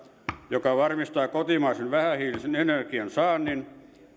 joka varmistaa kotimaisen vähähiilisen energiansaannin